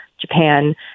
Japan